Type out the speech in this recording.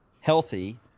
healthy